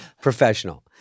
professional